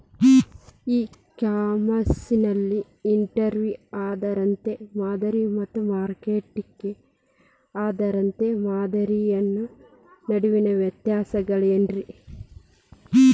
E commerce ನಲ್ಲಿ inventory ಆಧಾರಿತ ಮಾದರಿ ಮತ್ತ ಮಾರುಕಟ್ಟೆ ಆಧಾರಿತ ಮಾದರಿಯ ನಡುವಿನ ವ್ಯತ್ಯಾಸಗಳೇನ ರೇ?